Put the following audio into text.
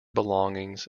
belongings